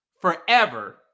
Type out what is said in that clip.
forever